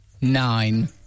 nine